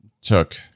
took